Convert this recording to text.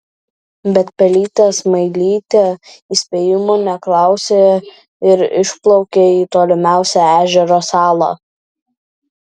bet pelytė smailytė įspėjimų neklausė ir išplaukė į tolimiausią ežero salą